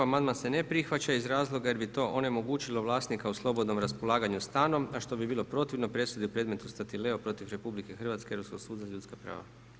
Amandman se ne prihvaća iz razloga jer bi to onemogućilo vlasnika u slobodnom raspolaganju stanom, a što bi bilo protivno presudi u predmetu Statileo protiv RH Europskog suda za ljudska prava.